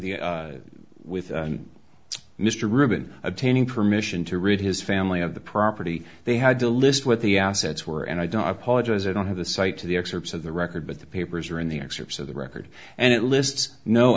the with mr reuben obtaining permission to read his family of the property they had to list what the assets were and i don't apologize i don't have a cite to the excerpts of the record but the papers are in the excerpts of the record and it lists no